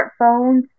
smartphones